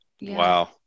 Wow